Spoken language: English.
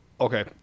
Okay